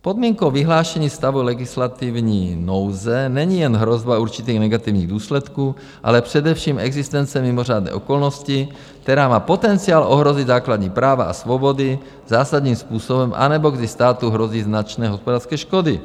Podmínkou vyhlášení stavu legislativní nouze není jen hrozba určitých negativních důsledků, ale především existence mimořádné okolnosti, která má potenciál ohrozit základní práva a svobody zásadním způsobem, anebo kdy státu hrozí značné hospodářské škody.